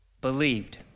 Believed